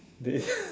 they